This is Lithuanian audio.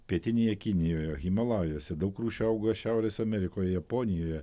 pietinėje kinijoje himalajuose daug rūšių auga šiaurės amerikoje japonijoje